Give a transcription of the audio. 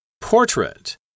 Portrait